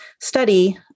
study